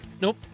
Nope